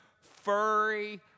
furry